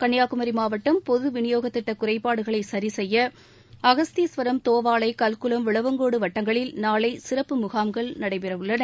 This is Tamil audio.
கன்னியாகுமரி மாவட்டம் பொது விநியோகத் திட்ட குறைபாடுகளை சரிசெய்ய அகஸ்தீஸ்வரம் தோவாளை கல்குளம் விளவங்கோடு வட்டங்களில் நாளை சிறப்பு முகாம்கள் நடைபெறவுள்ளன